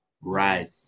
Right